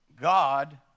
God